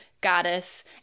goddess